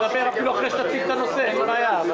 אדבר אחרי שתציג את הנושא, אין בעיה.